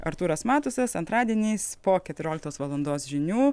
artūras matusas antradieniais po keturioliktos valandos žinių